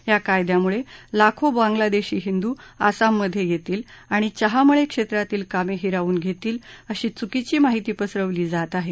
या कायद्यामुळे लाखो बांग्लादेशी हिंदू आसाममधे येतील आणि चहा मळा क्षेत्रातील कामे हिरावून घेतील अशी चुकीची माहिती पसरवली जात आहे